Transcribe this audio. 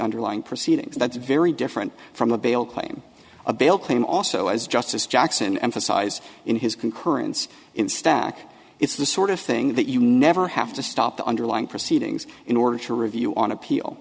underlying proceedings that's very different from a bail claim a bail claim also as justice jackson emphasize in his concurrence in stack it's the sort of thing that you never have to stop the underlying proceedings in order to review on appeal